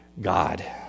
God